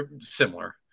similar